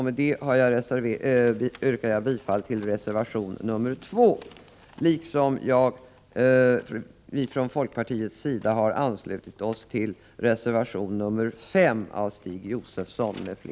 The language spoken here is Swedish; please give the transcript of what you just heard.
Med detta yrkar jag bifall till reservation 2 liksom också till reservation 5 av Stig Josefson m.fl., som vi från folkpartiets sida har anslutit oss till.